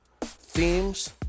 themes